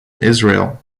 israel